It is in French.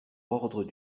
ordre